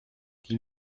die